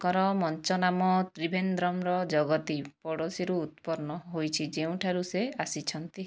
ତାଙ୍କର ମଞ୍ଚ ନାମ ତ୍ରିଭେନ୍ଦ୍ରମର ଜଗତୀ ପଡ଼ୋଶୀରୁ ଉତ୍ପନ୍ନ ହୋଇଛି ଯେଉଁଠାରୁ ସେ ଆସିଛନ୍ତି